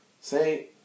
Say